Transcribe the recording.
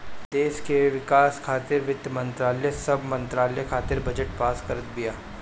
देस के विकास खातिर वित्त मंत्रालय सब मंत्रालय खातिर बजट पास करत बिया